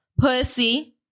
Pussy